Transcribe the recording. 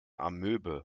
amöbe